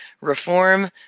Reform